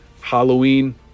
Halloween